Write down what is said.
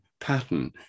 pattern